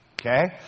Okay